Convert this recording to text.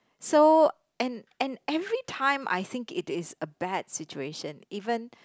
so and and every time I think it is a bad situation even